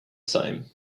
same